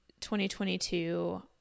2022